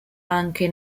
anche